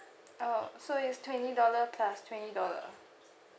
oh so it's twenty dollar plus twenty dollar